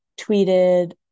tweeted